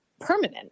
permanent